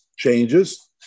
Changes